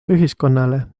ühiskonnale